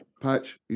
patch